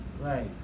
Right